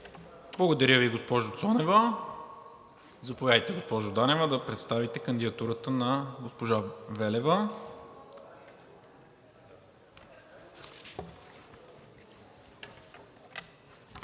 Благодаря Ви, госпожо Цонева. Заповядайте, госпожо Данева да представите кандидатурата на госпожа Велева.